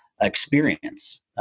experience